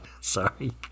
Sorry